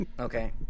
okay